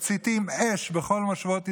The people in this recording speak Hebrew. מציתים אש בכל מושבות ישראל,